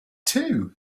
too